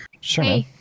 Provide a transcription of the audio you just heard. Sure